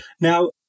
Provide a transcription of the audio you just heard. Now